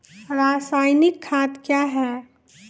रसायनिक खाद कया हैं?